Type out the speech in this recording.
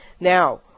Now